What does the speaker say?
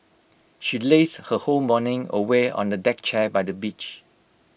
she lazed her whole morning away on A deck chair by the beach